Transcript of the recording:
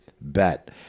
bet